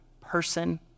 person